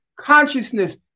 consciousness